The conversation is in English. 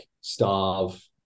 Starve